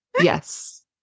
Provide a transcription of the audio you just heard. Yes